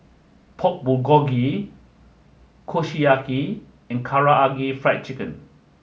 Pork Bulgogi Kushiyaki and Karaage Fried Chicken